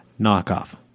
knockoff